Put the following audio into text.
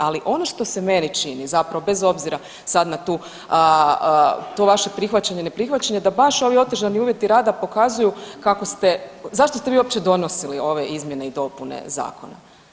Ali ono što se meni čini zapravo bez obzira sad na tu, to vaše prihvaćanje, ne prihvaćanje da baš ovi otežani uvjeti rada pokazuju kako ste, zašto ste vi uopće donosili ove izmjene i dopune zakona.